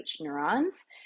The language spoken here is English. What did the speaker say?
neurons